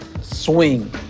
Swing